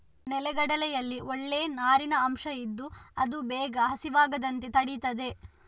ನೆಲಗಡಲೆಯಲ್ಲಿ ಒಳ್ಳೇ ನಾರಿನ ಅಂಶ ಇದ್ದು ಅದು ಬೇಗ ಹಸಿವಾಗದಂತೆ ತಡೀತದೆ